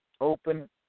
open